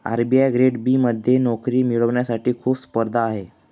RBI grade B मध्ये नोकरी मिळवण्यासाठी खूप स्पर्धा आहे